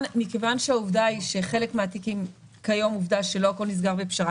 מכיוון שהעובדה היא כיום שלא הכול נסגר בפשרה.